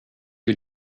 you